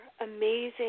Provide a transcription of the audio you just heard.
amazing